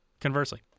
Conversely